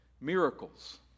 Miracles